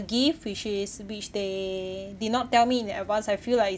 gift which is which they did not tell me in advance I feel like